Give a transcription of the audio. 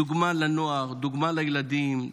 דוגמה לנוער, דוגמה לילדים,